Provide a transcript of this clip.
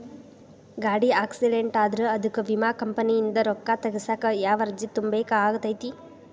ಗಾಡಿ ಆಕ್ಸಿಡೆಂಟ್ ಆದ್ರ ಅದಕ ವಿಮಾ ಕಂಪನಿಯಿಂದ್ ರೊಕ್ಕಾ ತಗಸಾಕ್ ಯಾವ ಅರ್ಜಿ ತುಂಬೇಕ ಆಗತೈತಿ?